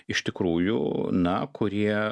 iš tikrųjų na kurie